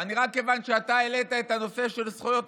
כיוון שאתה העלית את הנושא של זכויות האדם,